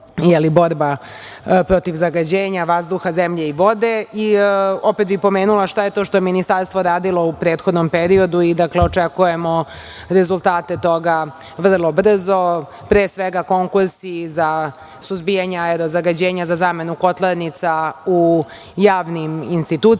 je borba protiv zagađenja vazduha, zemlje i vode opet bih pomenula šta je to što je ministarstvo radilo u prethodnom periodu i očekujemo rezultate toga vrlo brzo – pre svega konkursi za suzbijanje aerozagađenja za zamenu kotlarnica u javnim institucijama,